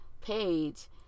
page